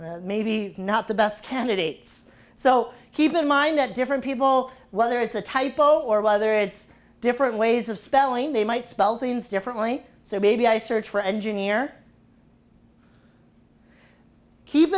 devout maybe not the best candidates so keep in mind that different people whether it's a typo or whether it's different ways of spelling they might spell things differently so maybe i search for engineer keep